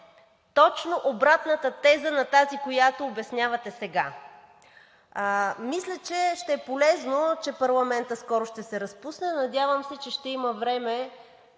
точно обратната теза на тази, която обяснявате сега. Мисля, че ще е полезно, че парламентът скоро ще се разпусне. Надявам се, че ще има време,